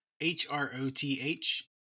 H-R-O-T-H